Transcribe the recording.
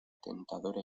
tentadora